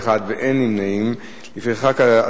הצבעה.